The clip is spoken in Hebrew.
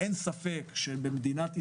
אין ספק שבמדינת ישראל,